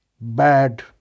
bad